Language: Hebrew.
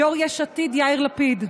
יו"ר יש עתיד יאיר לפיד,